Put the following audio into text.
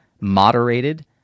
moderated